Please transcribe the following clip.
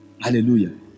Hallelujah